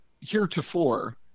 Heretofore